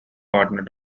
partner